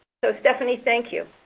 so, stephanie, thank you.